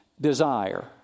desire